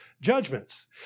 judgments